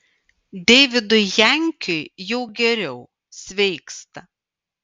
deividui jankiui jau geriau sveiksta